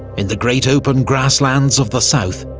in the great open grasslands of the south,